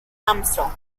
armstrong